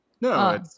No